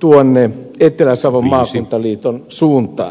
tuonne etelä savon maakuntaliiton suuntaan